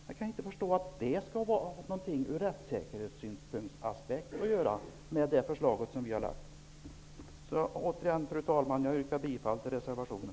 Jag kan inte förstå vilka finnas rättssäkerhetsaspekter som man har på det förslag som vi har lagt fram. Fru talman! Jag yrkar bifall till reservationen.